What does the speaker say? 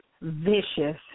vicious